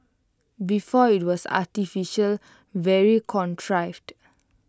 before IT was artificial very contrived